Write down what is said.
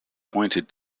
pointed